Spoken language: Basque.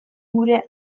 gure